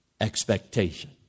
expectation